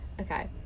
Okay